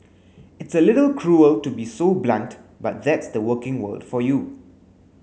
it's a little cruel to be so blunt but that's the working world for you